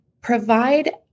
provide